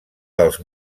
dels